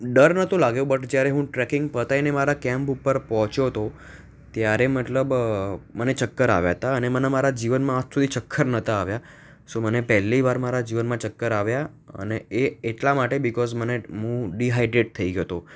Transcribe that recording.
ડર નહોતો લાગ્યો બટ જ્યારે હું ટ્રેકિંગ પતાવીને મારાં કેમ્પ ઉપર પહોંચ્યો હતો ત્યારે મતલબ મને ચક્કર આવ્યાં હતાં અને મને મારાં જીવનમાં આજ સુધી ચક્કર નહોતાં આવ્યાં સો મને પહેલી વાર મારાં જીવનમાં ચક્કર આવ્યાં અને એ એટલા માટે બીકોઝ મને હું ડિહાઈડ્રેટ થઈ ગયો હતો